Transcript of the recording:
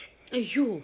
!aiyo!